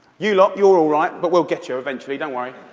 you lot, you're all right, but we'll get you eventually, don't worry.